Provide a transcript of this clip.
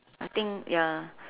I think ya